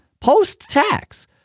Post-tax